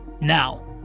Now